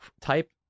type